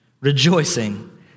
rejoicing